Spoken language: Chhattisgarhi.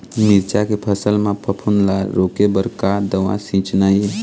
मिरचा के फसल म फफूंद ला रोके बर का दवा सींचना ये?